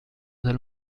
del